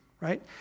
right